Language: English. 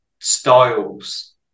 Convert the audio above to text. styles